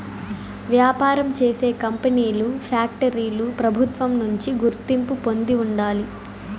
వ్యాపారం చేసే కంపెనీలు ఫ్యాక్టరీలు ప్రభుత్వం నుంచి గుర్తింపు పొంది ఉండాలి